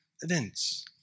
events